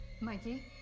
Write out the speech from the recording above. Mikey